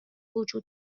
وجود